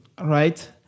right